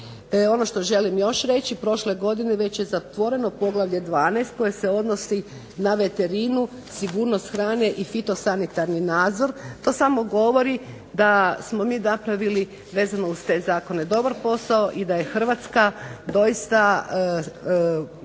Ono što želim još reći, prošle godine već je zatvoreno Poglavlje 12. koje se odnosi na veterinu sigurnost hrane i fitosanitarni nadzor. To samo govori sa smo mi napravili vezano uz te zakone dobar posao i da je Hrvatska doista